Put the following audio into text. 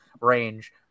range